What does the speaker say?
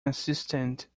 assistant